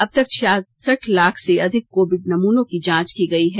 अबतक छियालास लाख से अधिक कोविड नमूनों की जांच की गई है